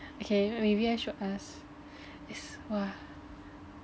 okay maybe I should ask is !wah!